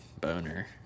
boner